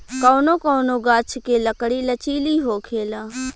कौनो कौनो गाच्छ के लकड़ी लचीला होखेला